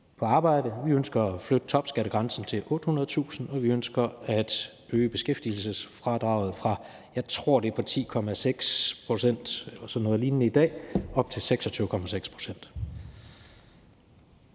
ned – vi ønsker at flytte topskattegrænsen til 800.000 kr., og vi ønsker at øge beskæftigelsesfradraget fra, jeg tror det er på 10,6 pct. eller sådan noget lignende i dag, op til 26,6 pct.